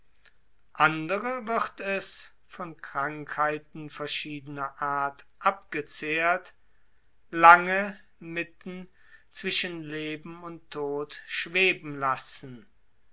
andere wird es von krankheiten verschiedener art abgezehrt lange mitten zwischen leben und tod schweben lassen